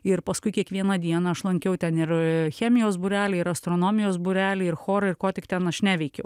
ir paskui kiekvieną dieną aš lankiau ten ir chemijos būrelį ir astronomijos būrelį ir chorą ir ko tik ten aš neveikiau